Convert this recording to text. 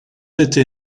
été